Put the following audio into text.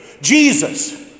Jesus